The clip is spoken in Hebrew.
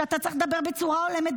שאתה צריך לדבר בצורה הולמת,